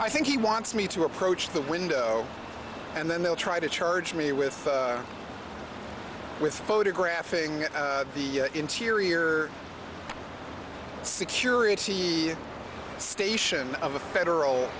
i think he wants me to approach the window and then they'll try to charge me with with photographing the interior security station of the federal